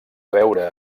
veure